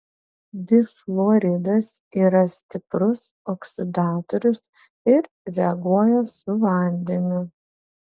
difluoridas yra stiprus oksidatorius ir reaguoja su vandeniu